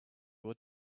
would